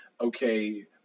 okay